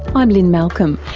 i'm lynne malcolm,